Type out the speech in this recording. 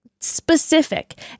Specific